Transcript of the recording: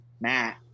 Matt